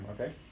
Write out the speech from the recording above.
okay